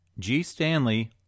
gstanley